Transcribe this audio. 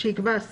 לתפארת